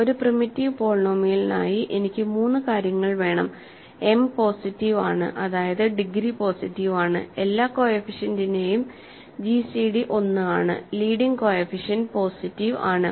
ഒരു പ്രിമിറ്റീവ് പോളിനോമിയലിനായി എനിക്ക് 3 കാര്യങ്ങൾ വേണം m പോസിറ്റീവ് ആണ് അതായത് ഡിഗ്രി പോസിറ്റീവ് ആണ് എല്ലാ കോഎഫിഷ്യന്റിന്റെയും ജിസിഡി 1 ആണ്ലീഡിങ് കോഎഫിഷ്യന്റ് പോസിറ്റീവ് ആണ്